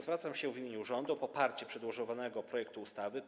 Zwracam się w imieniu rządu o poparcie przedłożonego projektu ustawy.